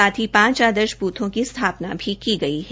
साथ ही पांच आदर्श बूथों की स्थापना भी की गई है